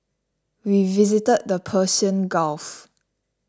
we visited the Persian Gulf